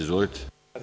Izvolite.